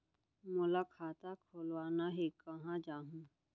मोला खाता खोलवाना हे, कहाँ जाहूँ?